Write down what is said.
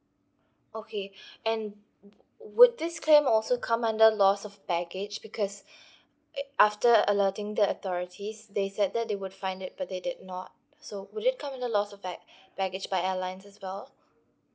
okay and would this claim also come under loss of baggage because it after alerting the authorities they said that they would find it but they did not so will it come under loss of bag~ baggage by airlines as well